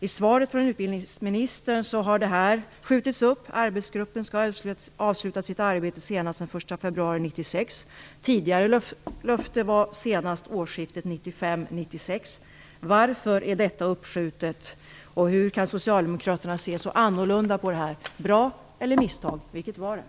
I svaret från utbildningsministern sägs att detta har skjutits upp. Arbetsgruppen skall avsluta sitt arbete senast den 1 februari 1996. Enligt tidigare löfte skulle detta ske senast årsskiftet 1995/96. Varför är detta uppskjutet? Och hur kan socialdemokraterna se så olika på det här? Är det något bra eller är det ett misstag?